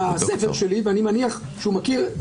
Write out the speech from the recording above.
אבל מה למשל לגבי החלטה שמתייחסת לבית ספר מסוים או לשכונה מסוימת?